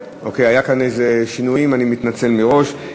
אוקיי, היה כאן איזה שינוי, אני מתנצל מראש.